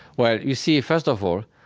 well, you see, first of all,